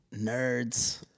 nerds